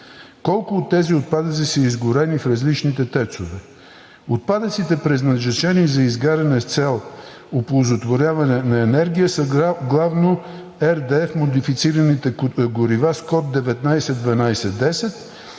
Колко от тези отпадъци са изгорени в различните ТЕЦ-ове?